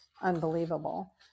unbelievable